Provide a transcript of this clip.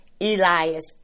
Elias